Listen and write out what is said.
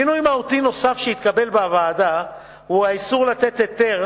שינוי מהותי נוסף שהתקבל בוועדה הוא האיסור לתת היתר